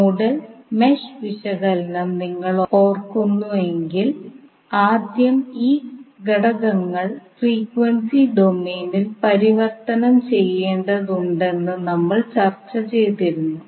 nodal mesh വിശകലനം നിങ്ങൾ ഓർക്കുന്നുവെങ്കിൽ ആദ്യം ഈ ഘടകങ്ങൾ ഫ്രീക്വൻസി ഡൊമെയ്നിൽ പരിവർത്തനം ചെയ്യേണ്ടതുണ്ടെന്ന് നമ്മൾ ചർച്ച ചെയ്തിരുന്നു